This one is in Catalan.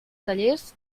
tallers